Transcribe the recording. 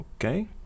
Okay